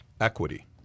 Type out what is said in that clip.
equity